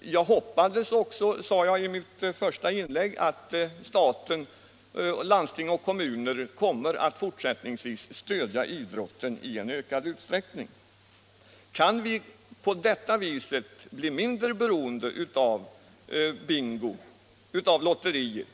Jag sade i mitt första inlägg att jag hoppades att staten, landsting och kommuner fortsättningsvis kommer att stödja idrotten i ökad utsträckning. Kan vi på detta vis bli mindre beroende av bingo och lotterier,